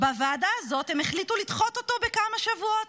בוועדה הזאת הם החליטו לדחות אותו בכמה שבועות.